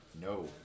No